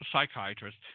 psychiatrist